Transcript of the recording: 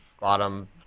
bottom